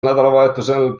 nädalavahetusel